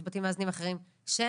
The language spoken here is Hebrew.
יש בתים מאזנים אחרים שאין,